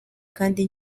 kandi